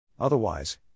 Otherwise